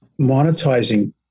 monetizing